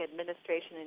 administration